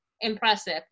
impressive